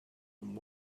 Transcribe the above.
and